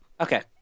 Okay